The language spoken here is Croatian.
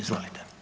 Izvolite.